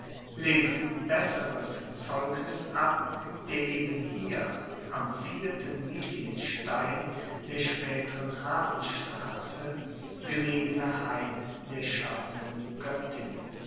legt besseres zeugnis ab der eben hier am vierten milienstein der spaeteren hafenstrasse gelegene hain der schaffenden goettin